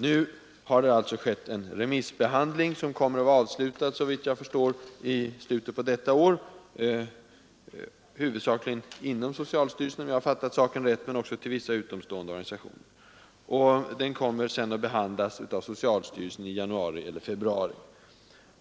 Nu har det alltså skett en remissbehandling som, såvitt jag förstår, kommer att avslutas i år. Denna remissbehandling har, om jag förstått det rätt, huvudsakligen skett inom socialstyrelsen, men remissyttranden har även inhämtats från vissa utomstående organisationer. Frågan kommer sedan att behandlas av socialstyrelsen i januari eller februari.